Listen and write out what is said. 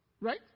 Right